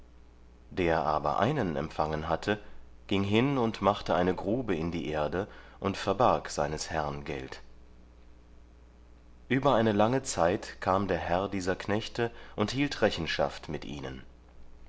der aber einen empfangen hatte ging hin und machte eine grube in die erde und verbarg seines herrn geld über eine lange zeit kam der herr dieser knechte und hielt rechenschaft mit ihnen